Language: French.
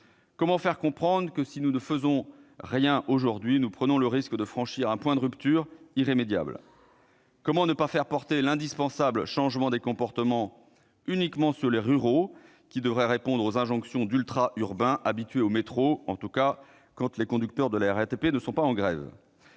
Comment faire comprendre que, si nous ne faisons rien aujourd'hui, nous prenons le risque de franchir un point de rupture irrémédiable ? Comment ne pas faire porter l'indispensable changement des comportements uniquement sur les ruraux, qui devraient répondre aux injonctions d'ultra-urbains habitués au métro, du moins quand les conducteurs de la RATP ne sont pas en grève